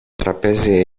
τραπέζι